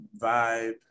vibe